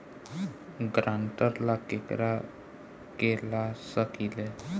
ग्रांतर ला केकरा के ला सकी ले?